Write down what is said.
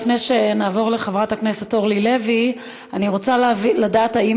לפני שנעבור לחברת הכנסת אורלי לוי אני רוצה לדעת אם